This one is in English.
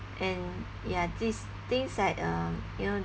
and ya this things like uh you know